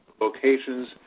locations